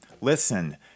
listen